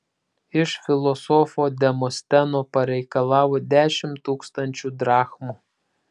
iš filosofo demosteno pareikalavo dešimt tūkstančių drachmų